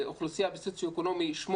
אוכלוסייה בסוציו-אקונומי 8,